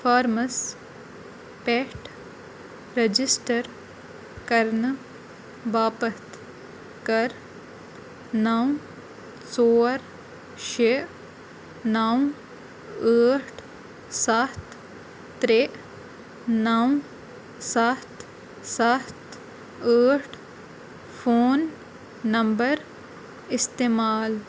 فارمَس پٮ۪ٹھ رَجسٹر کرنہٕ باپتھ کر نَو ژور شےٚ نَو ٲٹھ سَتھ ترٛےٚ نَو سَتھ سَتھ ٲٹھ فون نمبر اِستعمال